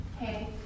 hey